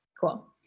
Cool